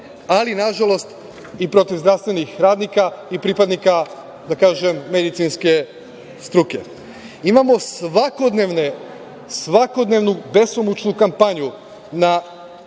ali nažalost i protiv zdravstvenih radnika i pripadnika medicinske struke. Imamo svakodnevnu besomučnu kampanju na,